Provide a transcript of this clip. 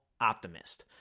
Optimist